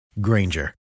Granger